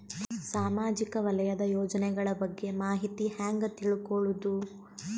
ಸಾಮಾಜಿಕ ವಲಯದ ಯೋಜನೆಗಳ ಬಗ್ಗೆ ಮಾಹಿತಿ ಹ್ಯಾಂಗ ತಿಳ್ಕೊಳ್ಳುದು?